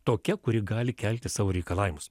tokia kuri gali kelti savo reikalavimus